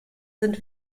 sind